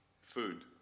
food